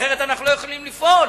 אחרת אנחנו לא יכולים לפעול.